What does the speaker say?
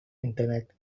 internet